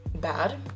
bad